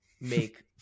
make